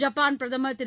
Japan பிரதமர் திரு